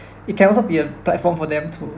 it can also be a platform for them to